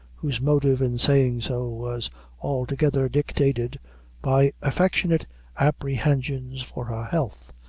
whose motive in saying so was altogether dictated by affectionate apprehensions for her health.